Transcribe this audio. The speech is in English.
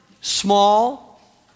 small